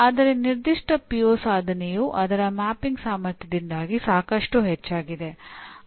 ಆದರೆ ನಿರ್ದಿಷ್ಟ ಪಿಒ ಸಾಧನೆಯು ಅದರ ಮ್ಯಾಪಿಂಗ್ ಸಾಮರ್ಥ್ಯದಿಂದಾಗಿ ಸಾಕಷ್ಟು ಹೆಚ್ಚಾಗಿದೆ